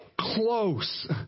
close